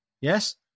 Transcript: Yes